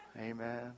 Amen